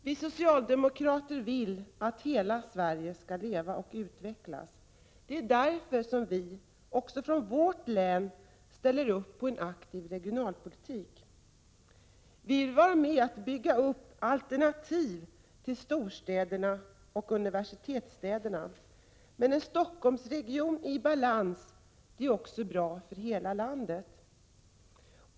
Vi socialdemokrater vill att hela Sverige skall leva och utvecklas. Det är därför som vi också från vårt län ställer upp på en aktiv regionalpolitik. Vi vill vara med om att bygga upp alternativ till storstäderna och universitetsstäderna. Men en Stockholmsregion i balans är bra också för hela landet.